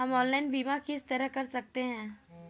हम ऑनलाइन बीमा किस तरह कर सकते हैं?